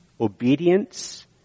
obedience